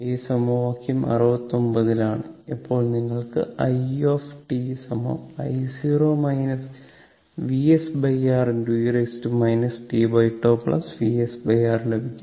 ഈ സമവാക്യം 69 ൽ ആണ് അപ്പോൾ നിങ്ങൾക്ക് i I0 VsR e t τ VsR ലഭിക്കും